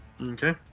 okay